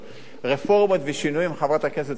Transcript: רפורמות ושינויים, חברת הכנסת סולודקין,